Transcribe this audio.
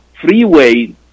freeway